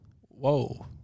whoa